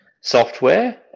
software